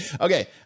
Okay